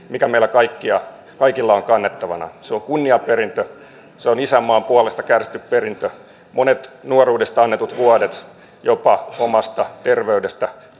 mikä meillä kaikilla on kannettavana se on kunniaperintö se on isänmaan puolesta kärsitty perintö monet nuoruudesta annetut vuodet jopa omasta terveydestä